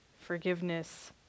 forgiveness